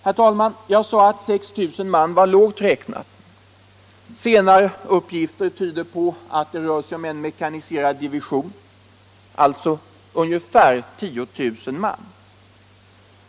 Herr talman! Jag sade att 6 000 man var lågt räknat. Senare uppgifter tyder på att det rör sig om en mekaniserad division, alltså ungefär 10 000 man.